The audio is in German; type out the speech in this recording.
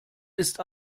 ist